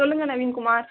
சொல்லுங்கள் நவீன் குமார்